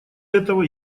этого